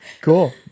Cool